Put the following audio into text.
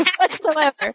whatsoever